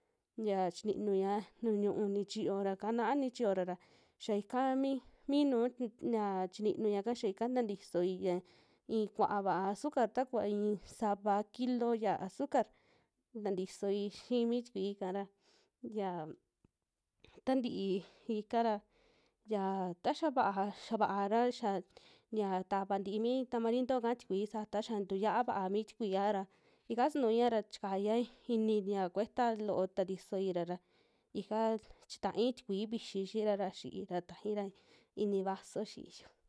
Xia chininuia nuju ñú'u nichiyo raka naa nichiyora ra xia ika mii, mi nu- t ya chinuiaka ya ika tantisoi ya i'i kuaava'a sukar takuva i'in sava kilo ya azucar tantisoi xii mi tikui'ka ra xia, tantii ika'ra xia taxa vaa, xia vaara xaa ya tavaa ntii mi tamarindo'ka tikui sata xia kuxia va'a mi tukuiya ra, ika sunuia ra chikauiya ini ya cubeta loo tatisoi'ra ra ikaa chitai tikui vxi xi'ira ra xiira, tajaira ini vaso xiiyu.